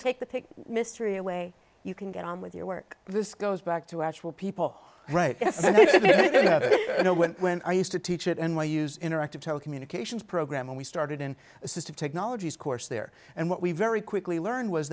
take the pick mystery away you can get on with your work this goes back to actual people right now when when i used to teach it and why use interactive telecommunications program and we started in a system technologies course there and what we very quickly learned was